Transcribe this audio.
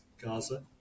Gaza